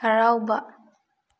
ꯍꯔꯥꯎꯕ